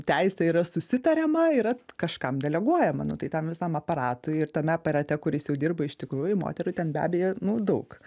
teise yra susitariama yra kažkam deleguojama nu tai tam visam aparatui ir tame aparate kuris jau dirba iš tikrųjų moterų ten be abejo nu daug